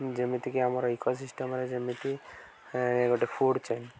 ଯେମିତିକି ଆମର ଇକୋସିଷ୍ଟମ୍ରେ ଯେମିତି ଗୋଟେ ଫୁଡ଼୍ ଚେନ୍